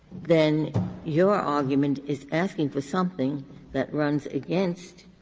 then your argument is asking for something that runs against